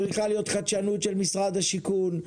צריכה להיות חדשנות של משרד השיכון,